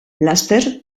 laster